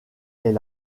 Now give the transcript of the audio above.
est